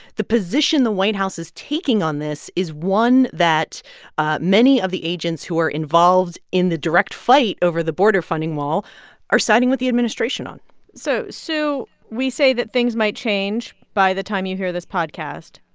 the position the white house is taking on this is one that ah many of the agents who are involved in the direct fight over the border funding wall are siding with the administration on so sue, we say that things might change by the time you hear this podcast.